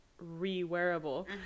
re-wearable